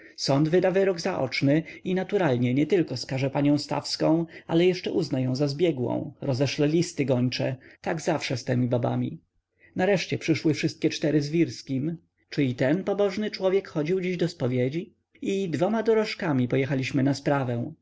sąd wyda wyrok zaoczny i naturalnie nietylko skaże panią stawską ale jeszcze uzna ją za zbiegłą rozeszle listy gończe tak zawsze z temi babami nareszcie przyszły wszystkie cztery z wirskim czy i ten pobożny człowiek chodził dziś do spowiedzi i dwoma dorożkami pojechaliśmy na sprawę